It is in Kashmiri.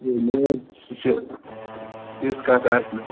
ہَے نہَ حظ سُہ چھُ تِژھ کَتھ آسہِ نہٕ